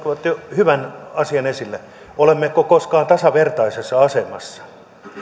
hyvän asian esille olemmeko koskaan tasavertaisessa asemassa